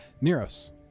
Neros